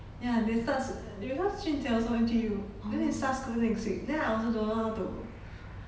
ya they start s~ because jun jie also N_T_U then they start school next week then I also don't know how to